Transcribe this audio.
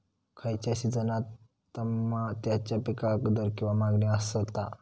खयच्या सिजनात तमात्याच्या पीकाक दर किंवा मागणी आसता?